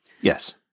Yes